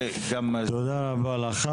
טוב, תודה רבה לך.